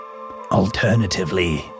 Alternatively